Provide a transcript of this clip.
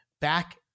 Back